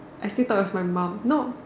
I still thought it was my mom no